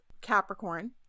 capricorn